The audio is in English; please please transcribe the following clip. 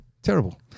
Terrible